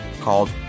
called